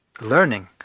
learning